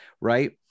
right